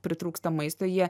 pritrūksta maisto jie